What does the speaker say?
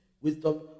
wisdom